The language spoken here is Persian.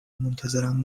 منتظرم